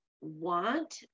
want